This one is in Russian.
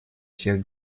всех